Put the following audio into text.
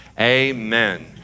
amen